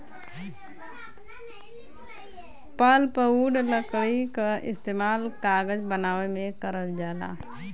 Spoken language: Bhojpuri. पल्पवुड लकड़ी क इस्तेमाल कागज बनावे में करल जाला